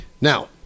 Now